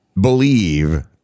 believe